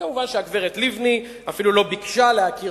וכמובן שהגברת לבני אפילו לא ביקשה להכיר